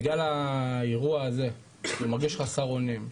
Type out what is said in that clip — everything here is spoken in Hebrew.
בכלל האירוע הזה שהוא מרגיש חסר אונים,